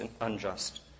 unjust